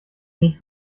nicht